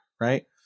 right